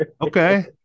Okay